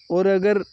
اور اگر